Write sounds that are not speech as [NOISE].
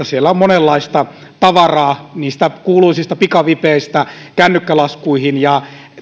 [UNINTELLIGIBLE] siellä on monenlaista tavaraa niistä kuuluisista pikavipeistä kännykkälaskuihin